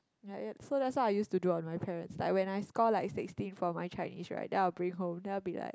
ya so that's what I used do to on my parents like when I score like sixteen for my Chinese right then I will bring home then I will be like